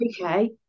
okay